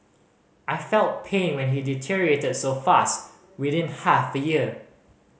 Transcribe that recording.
I felt pain when he deteriorated so fast within half a year